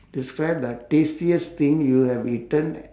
describe the tastiest thing you have eaten